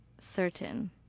certain